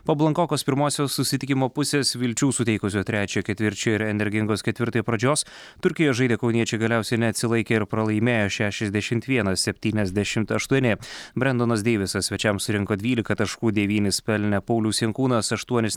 po blankokos pirmosios susitikimo pusės vilčių suteikusio trečio ketvirčio ir energingos ketvirtojo pradžios turkijoj žaidę kauniečiai galiausiai neatsilaikė ir pralaimėjo šešiasdešimt vienas septyniasdešimt aštuoni brendonas deivisas svečiams surinko dvylika taškų devynis pelnė paulius jankūnas aštuonis neitas